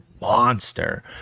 monster